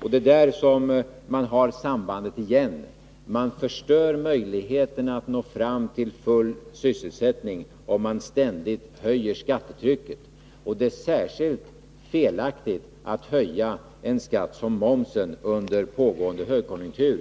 Där har vi sambandet igen: Man förstör möjligheterna att nå fram till full sysselsättning, om man ständigt höjer skattetrycket. Det är särskilt felaktigt att höja en skatt som momsen under pågående lågkonjunktur.